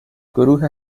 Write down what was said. گروه